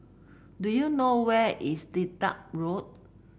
do you know where is Dedap Road